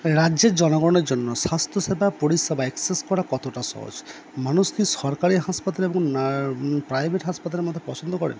রাজ্যের জনগণের জন্য স্বাস্থ্যসেবা পরিষেবা এক্সেস করা কতটা সহজ মানুষ কি সরকারি হাসপাতালে এবং প্রাইভেট হাসপাতালের মধ্যে পছন্দ করেন